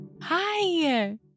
Hi